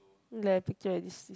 picture at this